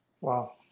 Wow